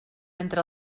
entre